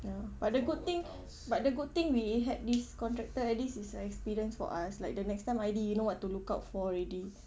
ya but the good thing but the good thing we had this contractor at least is a experience for us like the next time I_D you know what to look out for already